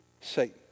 Satan